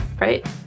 right